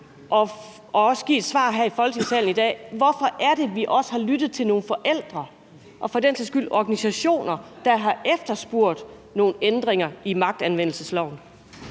og give et svar her i Folketingssalen i dag på: Hvorfor er det, at vi også har lyttet til nogle forældre og for den sags skyld organisationer, der har efterspurgt nogle ændringer i magtanvendelsesloven?